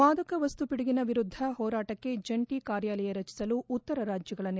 ಮಾದಕ ವಸ್ತು ಪಿಡುಗಿನ ವಿರುದ್ಲ ಹೋರಾಟಕ್ಕೆ ಜಂಟಿ ಕಾರ್ಯಾಲಯ ರಚಿಸಲು ಉತ್ತರ ರಾಜ್ಗಗಳ ನಿರ್ಧಾರ